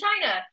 China